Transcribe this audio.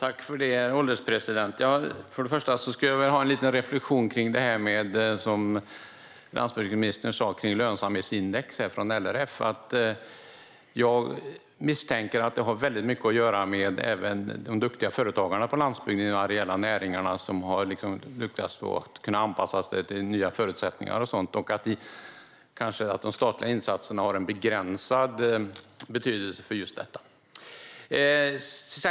Herr ålderspresident! Först skulle jag vilja reflektera lite över det som landsbygdsministern sa om lönsamhetsindex från LRF. Jag misstänker att det har väldigt mycket att göra med de duktiga företagarna i de areella näringarna på landsbygden, som har lyckats att anpassa sig till nya förutsättningar, och att de statliga insatserna har en begränsad betydelse för just detta.